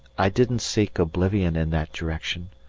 i didn't seek oblivion in that direction!